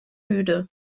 müde